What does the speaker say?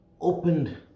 opened